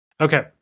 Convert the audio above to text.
Okay